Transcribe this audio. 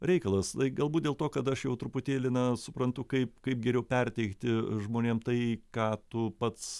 reikalas tai galbūt dėl to kad aš jau truputėlį na suprantu kaip kaip geriau perteikti žmonėm tai ką tu pats